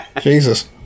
Jesus